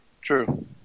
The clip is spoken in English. True